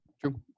True